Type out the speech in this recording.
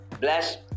bless